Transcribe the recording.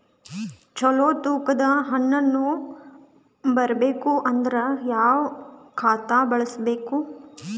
ಚಲೋ ತೂಕ ದ ಹಣ್ಣನ್ನು ಬರಬೇಕು ಅಂದರ ಯಾವ ಖಾತಾ ಬಳಸಬೇಕು?